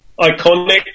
iconic